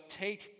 take